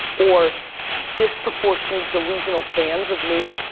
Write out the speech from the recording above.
or disproportionately delusional fans of me.